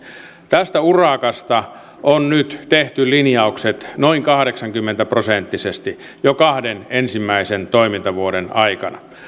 tästä urakasta on nyt tehty linjaukset noin kahdeksankymmentä prosenttisesti jo kahden ensimmäisen toimintavuoden aikana